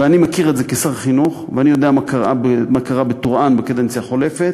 ואני מכיר את זה כשר החינוך ואני יודע מה קרה בטורעאן בקדנציה החולפת,